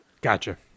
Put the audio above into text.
Gotcha